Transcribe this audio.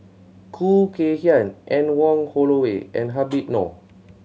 Khoo Kay Hian Anne Wong Holloway and Habib Noh